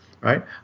right